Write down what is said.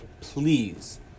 please